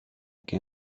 que